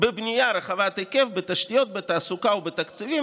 "בבנייה רחבת היקף, בתשתיות, בתעסוקה ובתקציבים.